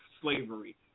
slavery